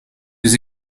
dus